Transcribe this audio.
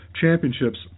championships